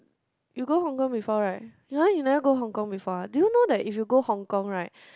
you go Hong Kong before right ya you never go Hong Kong before ah do you know that if you go Hong Kong right